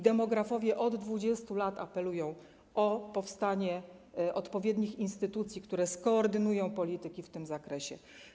Demografowie od 20 lat apelują o stworzenie odpowiednich instytucji, które skoordynują polityki w tym zakresie.